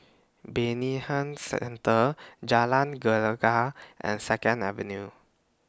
Bayanihan Centre Jalan Gelegar and Second Avenue